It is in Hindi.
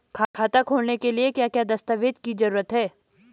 खाता खोलने के लिए क्या क्या दस्तावेज़ की जरूरत है?